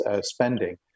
spending